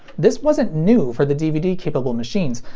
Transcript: this wasn't new for the dvd capable machines,